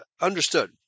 Understood